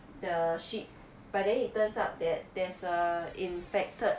the ship but then it turns out that there's a infected